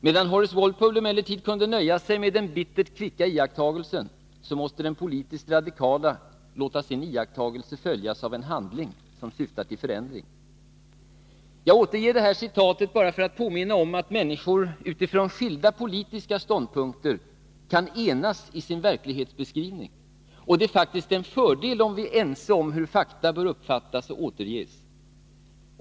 Medan Horace Walpole emellertid kunde nöja sig med den bittert kvicka iakttagelsen, måste den politiskt radikale låta sin iakttagelse följas av en handling, som syftar till förändring. Jag återger citatet bara för att påminna om att människor utifrån skilda politiska ståndpunkter kan enas i sin verklighetsbeskrivning, och det är faktiskt en fördel om vi är ense om hur fakta bör uppfattas och återges.